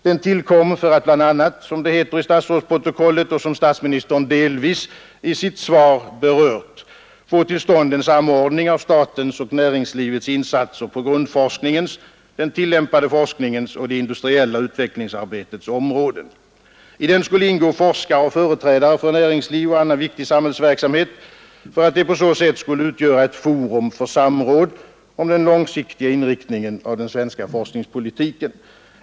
Den tillkom för att bl.a., som det heter i statsrådsprotokollet och som statsministern delvis i sitt svar berörde, få till stånd en samordning av statens och näringslivets insatser på grundforskningens, den tillämpade forskningens och det industriella utvecklingsarbetets område. I den skulle ingå forskare och företrädare för näringslivet och annan viktig samhällsverksamhet för att på så sätt utgöra ett forum för samråd om den långsiktiga inriktningen av den svenska forskningspolitiken.